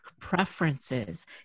preferences